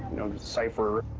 know, cipher.